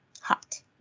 Hot